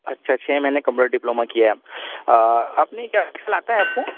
اچھا چھ مہینے کمپیوٹر ڈپلوما کیا ہے آپ نے کیا ایکسل آتا ہے آپ کو